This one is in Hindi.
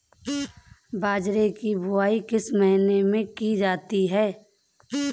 बाजरे की बुवाई किस महीने में की जाती है?